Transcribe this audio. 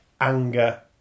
anger